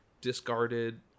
discarded